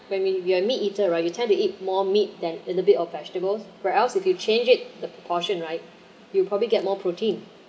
when when we're meat eater right you tend to eat more meat than a little bit of vegetables where else you can change it the proportion right you probably get more protein